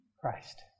Christ